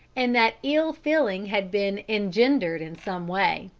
and that ill feeling had been engendered in some way.